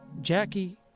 Jackie